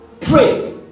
Pray